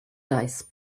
dice